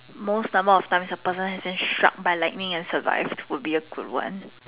most number of times a person has been struck by lightning and survive would be a good one